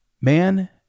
man